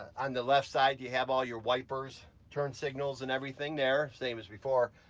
on the left side you have all your wipers, turn signals and everything there, same as before.